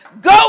Go